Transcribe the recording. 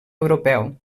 europeu